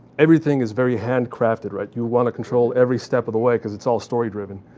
everything is very handcrafted, right? you want to control every step of the way because it's all story driven.